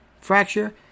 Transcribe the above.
fracture